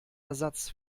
ersatz